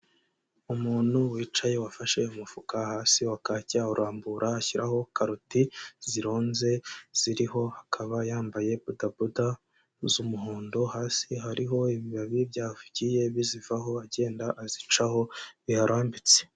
Umuntu wicaye wafashe umufuka hasi wa kake awurambura ashyiraho karoti zironze ziriho, akaba yambaye bodaboda z'umuhondo hasi hariho ibibabi byagiye bizivaho agenda azicaho biharambitse.